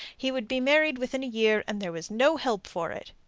he would be married within a year, and there was no help for it.